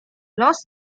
los